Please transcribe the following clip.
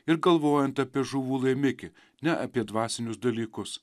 ir galvojant apie žuvų laimikį ne apie dvasinius dalykus